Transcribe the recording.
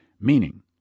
meaning